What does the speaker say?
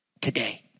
today